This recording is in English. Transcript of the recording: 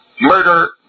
murder